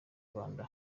rwanda